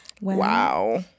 wow